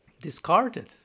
discarded